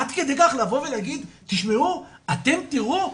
עד כדי כך לבוא ולהגיד "תשמעו, אתם תראו.